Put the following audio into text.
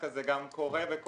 זה לא קשור ותכף אני אסביר.